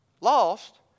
lost